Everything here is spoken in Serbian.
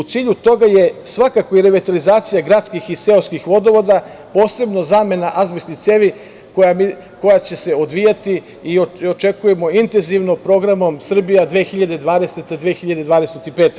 U cilju toga je svakako i revitalizacija gradskih i seoskih vodovoda, posebno zamena azbestnih cevi, koja će se odvijati i očekujemo intenzivno Programom „Srbija 2025“